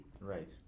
Right